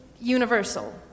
universal